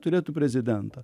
turėtų prezidentą